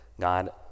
God